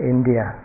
India